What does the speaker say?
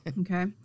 Okay